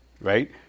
right